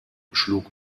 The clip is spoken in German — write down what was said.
schlug